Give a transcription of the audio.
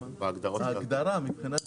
מבחינת